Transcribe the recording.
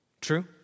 True